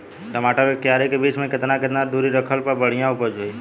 टमाटर के क्यारी के बीच मे केतना केतना दूरी रखला पर बढ़िया उपज होई?